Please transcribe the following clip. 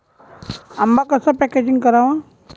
आंबा कसा पॅकेजिंग करावा?